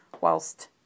whilst